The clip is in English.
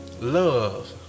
love